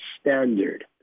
standard